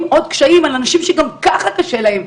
עוד קשיים על אנשים שגם ככה קשה להם.